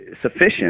sufficient